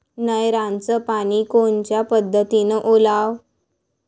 नयराचं पानी कोनच्या पद्धतीनं ओलाव?